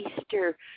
Easter